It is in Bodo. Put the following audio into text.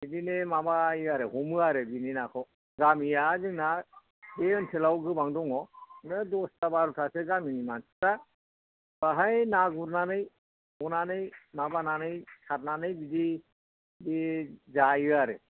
बिदिनो माबायो आरो हमो आरो बेनि नाखौ गामिया जोंना बे ओनसोलआव गोबां दङ बिदिनो दसथा बार'थासो गामिनि मानसिफोरा बेवहाय ना गुरनानै हनानै माबानानै सारनानै बिदि जायो आरो